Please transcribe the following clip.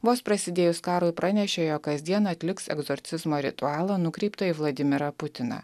vos prasidėjus karui pranešė jog kasdien atliks egzorcizmo ritualą nukreipto į vladimirą putiną